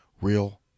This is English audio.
real